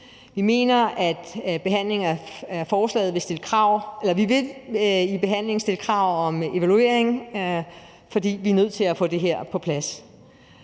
Vi vil i behandlingen stille krav om evaluering, for vi er nødt til at få det her på plads.